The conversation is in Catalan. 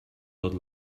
tot